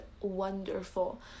wonderful